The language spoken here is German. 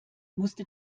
musste